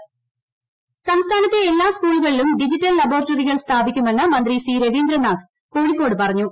digital ലബോറട്ടറികൾ സംസ്ഥാനത്തെ എല്ലാ സ്കൂളുകളിലും ഡിജിറ്റൽ ലബോറട്ടറികൾ സ്ഥാപിക്കുമെന്ന് മന്ത്രി സി രവീന്ദ്രനാഥ് കോഴിക്കോട് പറഞ്ഞു